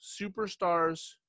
superstars